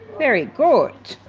very good.